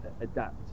adapt